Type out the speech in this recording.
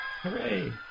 Hooray